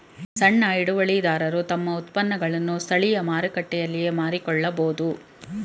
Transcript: ಸಣ್ಣ ಹಿಡುವಳಿದಾರರು ತಮ್ಮ ಉತ್ಪನ್ನಗಳನ್ನು ಸ್ಥಳೀಯ ಮಾರುಕಟ್ಟೆಯಲ್ಲಿಯೇ ಮಾರಿಕೊಳ್ಳಬೋದು